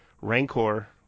Rancor